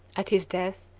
at his death,